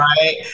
Right